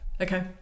Okay